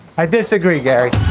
i disagree. gary